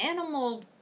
animal